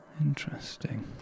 Interesting